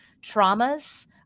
traumas